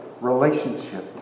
relationship